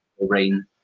rain